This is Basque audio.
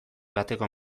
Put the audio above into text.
bateko